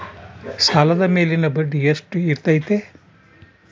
ಸಾಲದ ಮೇಲಿನ ಬಡ್ಡಿ ಎಷ್ಟು ಇರ್ತೈತೆ?